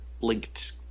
linked